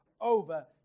over